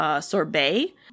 sorbet